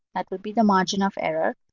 that would be the margin of error,